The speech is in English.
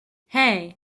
hey